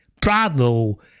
Bravo